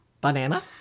banana